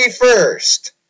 first